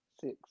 six